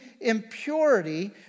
impurity